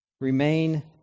Remain